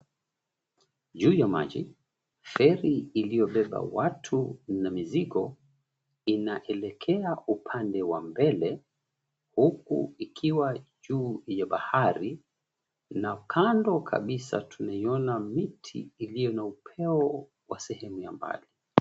Juu ya maji, feri iliyobeba watu na mizigo inaelekea upande wa mbele huku ikiwa juu ya bahari na kando kabisa tunaiona miti iliyo na upeo wa sehemu ya mbali.